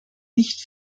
nicht